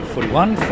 one,